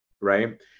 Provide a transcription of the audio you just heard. Right